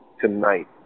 tonight